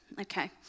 okay